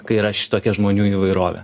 kai yra šitokia žmonių įvairovė